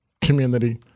community